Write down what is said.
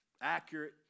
accurate